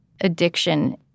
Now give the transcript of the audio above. addiction